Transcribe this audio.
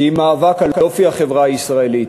כי אם מאבק על אופי החברה הישראלית.